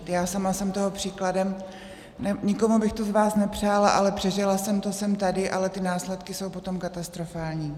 Já sama jsem toho příkladem, nikomu z vás bych to nepřála, ale přežila jsem to, jsem tady, ale následky jsou potom katastrofální.